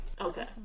Okay